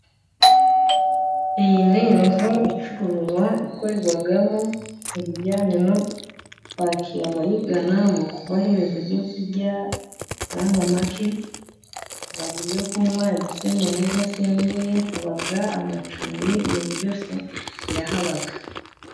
Iyi ni inzu icururiza ikorerwamo ibijyanye no kwakira abayigana mu kubaha ibyo kurya ku mafaranga make, haba ibyo kunywa ibisembuye n'ibidasembuye, haba n'amacumbi ibintu byose birahaba.